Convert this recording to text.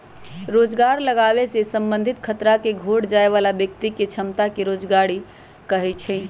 रोजगार लागाबे से संबंधित खतरा के घोट जाय बला व्यक्ति के क्षमता के स्वरोजगारी कहै छइ